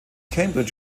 cambridge